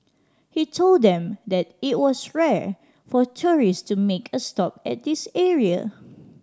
he told them that it was rare for tourist to make a stop at this area